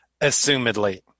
assumedly